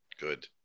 Good